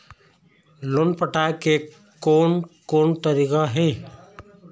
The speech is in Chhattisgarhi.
लोन पटाए के कोन कोन तरीका हे?